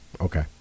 Okay